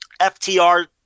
FTR